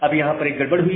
अब यहां पर एक गड़बड़ हुई